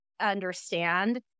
understand